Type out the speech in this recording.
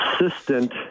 assistant